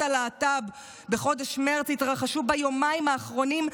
הלהט"ב בחודש מרץ התרחשו ביומיים האחרונים,